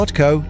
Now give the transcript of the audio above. co